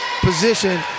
position